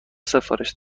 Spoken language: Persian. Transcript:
سفارش